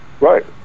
Right